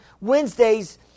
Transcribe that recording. Wednesdays